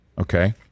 Okay